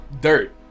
dirt